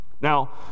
Now